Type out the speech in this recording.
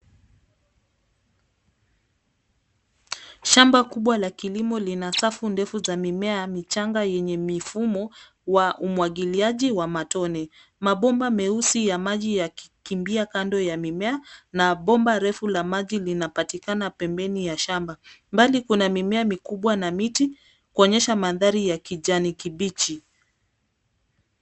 Shamba kubwa la kilimo lina safu ndefu za mimea ,michanga yenye mifumo wa umwagiliaji wa matone. Mabomba meusi ya maji yakikimbia kando ya mimea, na bomba refu la maji linapatikana pembeni ya shamba. Mbali kuna mimea mikubwa na miti, kuonyesha mandhari ya kijani kibichi.